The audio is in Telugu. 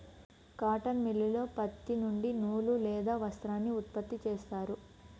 కాటన్ మిల్లులో పత్తి నుండి నూలు లేదా వస్త్రాన్ని ఉత్పత్తి చేస్తారు